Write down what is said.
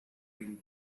been